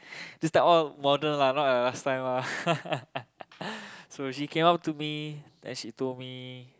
this type all model lah not like last time ah so she came up to me then she told me